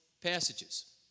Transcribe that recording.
passages